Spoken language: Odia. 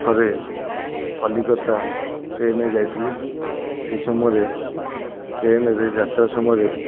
ଥରେ କଲିକତା ଟ୍ରେନ୍ରେ ଯାଇଥିଲି ସେଇ ସମୟରେ ଟ୍ରେନ୍ରେ ଯାତ୍ରା ସମୟରେ